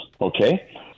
okay